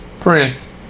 Prince